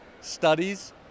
studies